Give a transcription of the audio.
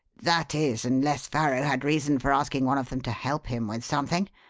that is, unless farrow had reason for asking one of them to help him with something.